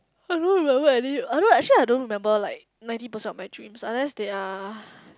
I don't know remember any I don't actually I don't remember like ninety percent of my dreams unless they are